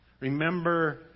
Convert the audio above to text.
Remember